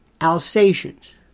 Alsatians